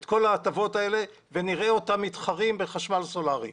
את כל ההטבות האלה ונראה אותם מתחרים בחשמל סולרי.